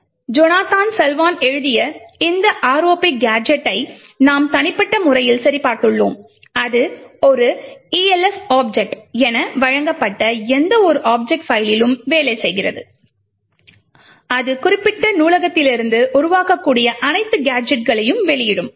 எனவே Jonathan Salwan எழுதிய இந்த ROP கேஜெட்டை நாம் தனிப்பட்ட முறையில் சரிபார்த்துள்ளோம் அது ஒரு ELF ஆப்ஜெக்ட் என வழங்கப்பட்ட எந்தவொரு ஆப்ஜெக்ட் பைல்லிலும் வேலை செய்கிறது அது குறிப்பிட்ட நூலகத்திலிருந்து உருவாக்கக்கூடிய அனைத்து கேஜெட்களையும் வெளியிடும்